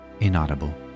inaudible